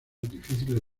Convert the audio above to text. difíciles